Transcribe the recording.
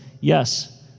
yes